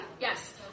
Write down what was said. yes